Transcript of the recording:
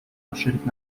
расширить